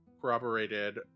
Corroborated